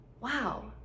wow